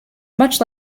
much